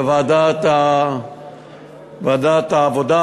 לוועדת העבודה,